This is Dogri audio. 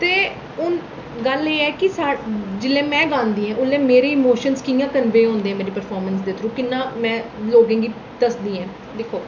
ते हून गल्ल एह् ऐ कि सा जेल्लै में गांदी आं ओल्लै मेरे इमोशनज कि'यां कनवे होंदे मेरी परफार्मैंस दे थ्रू कि'यां में लोकें गी दसदी आं दिक्खो